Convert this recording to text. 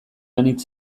anitz